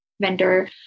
vendor